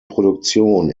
produktion